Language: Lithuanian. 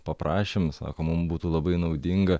paprašėm sakom mum būtų labai naudinga